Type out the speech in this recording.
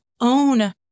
own